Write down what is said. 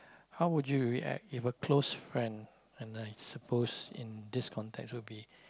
how would you react if a close friend and I suppose in this context would be